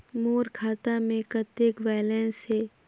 मोर खाता मे कतेक बैलेंस हे?